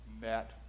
met